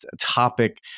topic